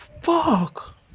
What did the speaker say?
Fuck